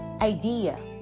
idea